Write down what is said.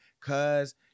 cause